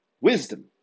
Wisdom